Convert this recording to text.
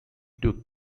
took